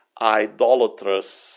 idolatrous